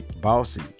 bossy